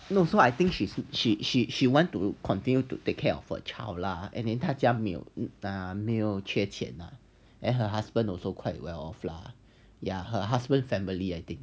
no so I think she she she she want to continue to take care of her child lah and then 他家没有没有缺钱 lah and her husband also quite well off ya her husband family I think